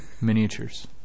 miniatures